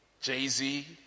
Jay-Z